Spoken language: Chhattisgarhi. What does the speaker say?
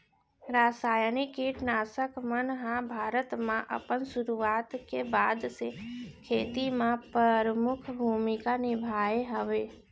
रासायनिक किट नाशक मन हा भारत मा अपन सुरुवात के बाद से खेती मा परमुख भूमिका निभाए हवे